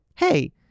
hey